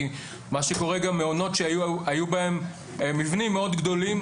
כי מה שקורה הוא שמעונות שהיו בהם מבנים מאוד גדולים,